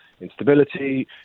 instability